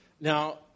Now